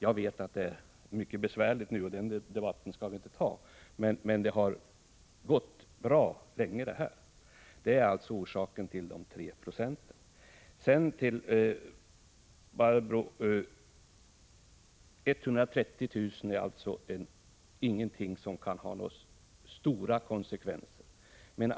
Jag vet att de nu har det mycket besvärligt — och den debatten skall vi inte föra — men det har länge gått bra för dem att göra den här nedskärningen. Det var bakgrunden till förslaget om en uppräkning med 3 96. Till Barbro Sandberg: 130 000 kr. är inte en summa som kan få några större konsekvenser.